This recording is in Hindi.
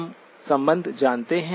हम संबंध जानते हैं